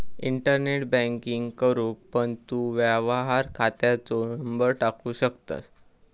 internet banking करूक पण तू व्यवहार खात्याचो नंबर टाकू शकतंस